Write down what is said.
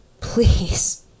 please